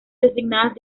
designadas